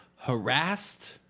harassed